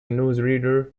newsreader